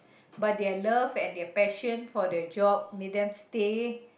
but their love and their passion for the job made them stay